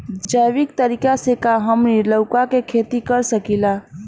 जैविक तरीका से का हमनी लउका के खेती कर सकीला?